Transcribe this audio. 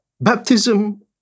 baptism